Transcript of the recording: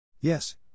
Yes